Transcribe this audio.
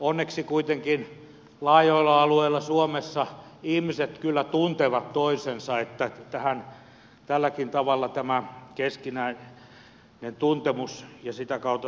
onneksi kuitenkin laajoilla alueilla suomessa ihmiset kyllä tuntevat toisensa niin että tälläkin tavalla tämä keskinäinen tuntemus ja sitä kautta luotettavuus tulee esille